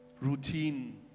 routine